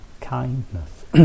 Kindness